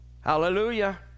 Hallelujah